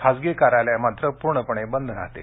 खासगी कार्यालयं मात्र पूर्णपणे बंद राहतील